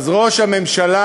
אז ראש הממשלה,